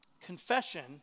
Confession